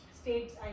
states